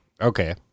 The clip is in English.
okay